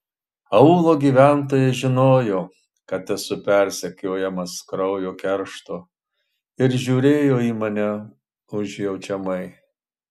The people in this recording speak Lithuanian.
aūlo gyventojai žinojo kad esu persekiojamas kraujo keršto ir žiūrėjo į mane užjaučiamai